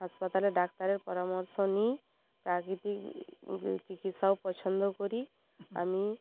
হাসপাতালে ডাক্তারের পরামর্শ নিই প্রাকৃতিক চিকিৎসাও পছন্দ করি আমি